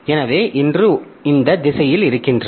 எனவே ஒன்று இந்த திசையில் இருக்கின்றது